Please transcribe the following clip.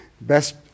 best